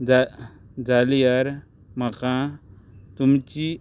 जा जाल्यार म्हाका तुमची